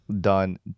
Done